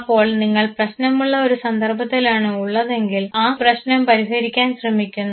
അപ്പോൾ നിങ്ങൾ പ്രശ്നമുള്ള ഒരു സന്ദർഭത്തിലാണ് ഉള്ളതെങ്കിൽ ആ പ്രശ്നം പരിഹരിക്കാൻ ശ്രമിക്കുന്നു